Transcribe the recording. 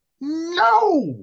no